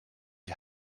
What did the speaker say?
die